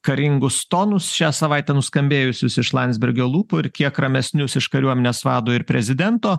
karingus tonus šią savaitę nuskambėjusius iš landsbergio lūpų ir kiek ramesnius iš kariuomenės vado ir prezidento